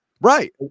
Right